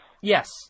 Yes